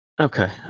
okay